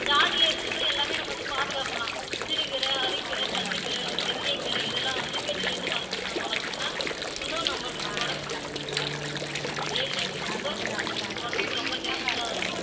ஜாடியிலே வச்சு கூட எல்லாமே நம்ம வந்து பாதுகாக்கலாம் சிறு கீரை அருக்கீரை தண்டுக்கீரை வெந்தயக்கீரை இதெல்லாம் வந்து வீட்லேருந்து வளத் நம்ம வளர்த்துனா இன்னும் நம்மளுக்கு உடம்புக்கு இந்த வெயில் டைமுக்கு ரொம்ப உடம்புக்கு ரொம்ப ஹெல்த்தாகுது